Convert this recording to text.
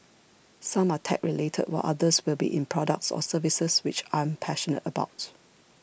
some are tech related while others will be in products or services which I'm passionate about